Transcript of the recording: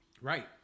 right